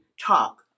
talk